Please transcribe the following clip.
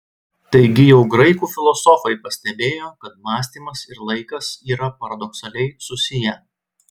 taigi jau graikų filosofai pastebėjo kad mąstymas ir laikas yra paradoksaliai susiję